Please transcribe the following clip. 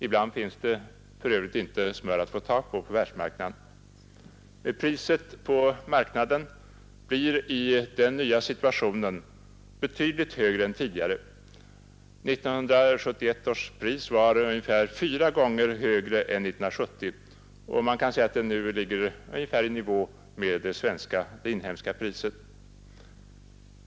Ibland finns det för Övrigt inget smör att få på världsmarknaden. Och priset på marknaden blir i den nya situationen betydligt högre än tidigare. 1971 års pris var ungefär fyra gånger högre än priset 1970, och man kan säga att man nu ligger ungefär i nivå med det svenska inhemska priset.